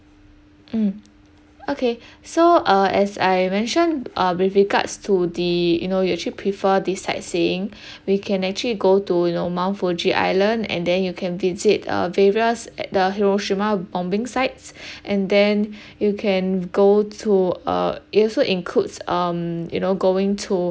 mm okay so uh as I mentioned uh with regards to the you know you actually prefer this sightseeing we can actually go to you know mount fuji island and then you can visit uh various at the hiroshima bombing sites and then you can go to uh it also includes um you know going to